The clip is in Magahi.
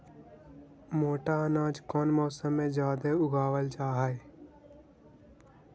मोटा अनाज कौन मौसम में जादे उगावल जा हई?